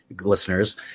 listeners